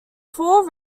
four